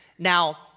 Now